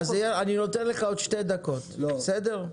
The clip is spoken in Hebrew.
אז אני נותן לך עוד שתי דקות, בסדר?